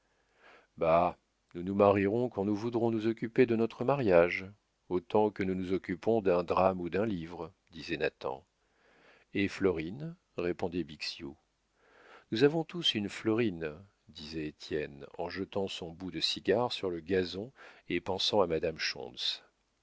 nous nous marierons quand nous voudrons nous occuper de notre mariage autant que nous nous occupons d'un drame ou d'un livre disait nathan et florine répondait bixiou nous avons tous une florine disait étienne en jetant son bout de cigare sur le gazon et pensant à madame